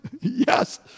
Yes